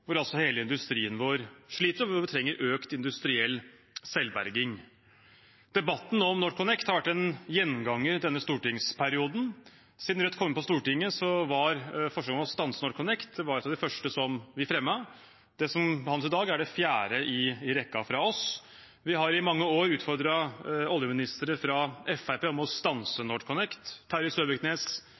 hvor hele industrien vår sliter, og hvor vi trenger økt industriell selvberging. Debatten om NorthConnect har vært en gjenganger denne stortingsperioden. Da Rødt kom inn på Stortinget, var forslaget om å stanse NorthConnect et av de første vi fremmet. Det som behandles i dag, er det fjerde i rekken fra oss. Vi har i mange år utfordret oljeministre fra Fremskrittspartiet til å stanse NorthConnect. Terje Søviknes,